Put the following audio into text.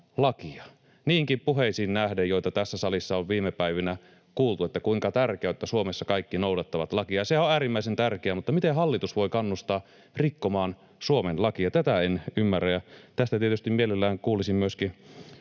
niihinkin puheisiin nähden, joita tässä salissa on viime päivinä kuultu siitä, kuinka tärkeää on, että Suomessa kaikki noudattavat lakia. Sehän on äärimmäisen tärkeää, mutta miten hallitus voi kannustaa rikkomaan Suomen lakia? Tätä en ymmärrä. Tästä tietysti mielelläni kuulisin myöskin